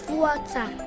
water